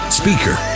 speaker